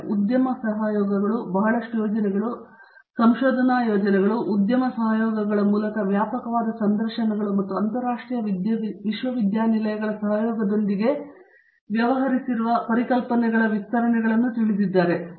ಆದ್ದರಿಂದ ಉದ್ಯಮ ಸಹಯೋಗಗಳು ಬಹಳಷ್ಟು ಯೋಜನೆಗಳು ಬಹಳಷ್ಟು ಸಂಶೋಧನಾ ಯೋಜನೆಗಳು ನಿಮಗೆ ಉದ್ಯಮ ಸಹಯೋಗಗಳ ಮೂಲಕ ವ್ಯಾಪಕವಾದ ಸಂದರ್ಶನಗಳು ಮತ್ತು ಅಂತರರಾಷ್ಟ್ರೀಯ ವಿಶ್ವವಿದ್ಯಾನಿಲಯಗಳ ಸಹಯೋಗದೊಂದಿಗೆ ಹೀಗೆ ವ್ಯವಹರಿಸಿರುವ ಪರಿಕಲ್ಪನೆಗಳ ವಿಸ್ತರಣೆಗಳನ್ನು ತಿಳಿದಿರಬಹುದು